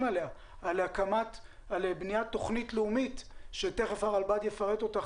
עליה על בניית תוכנית לאומית שתכף הרלב"ד תפרט אותה,